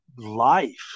Life